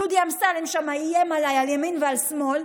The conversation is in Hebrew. דודי אמסלם שם איים עליי על ימין ועל שמאל.